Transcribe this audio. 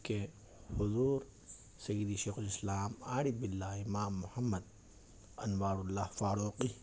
کہ حضور سیدی شیخ الاسلام عارف باللّہ امام محمد انوار اللّہ فاروقی